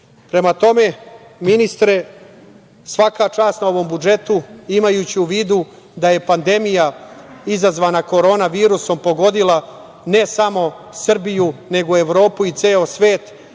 tome, ministre, svaka čast na ovom budžetu, imajući u vidu da je pandemija, izazvana korona virusom pogodila ne samo Srbiju, nego Evropu i ceo svet.